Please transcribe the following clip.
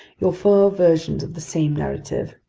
your four versions of the same narrative,